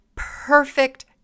perfect